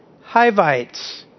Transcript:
Hivites